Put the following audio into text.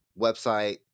Website